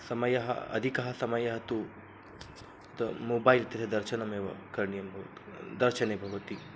समयः अधिकः समयः तु मोबैल् तः दर्शनमेव करणीयं भवति दर्शने भवति